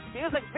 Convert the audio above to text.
music